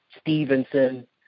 Stevenson